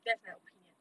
that's my opinion